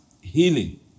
healing